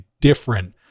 different